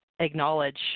acknowledge